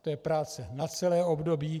To je práce na celé období.